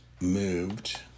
moved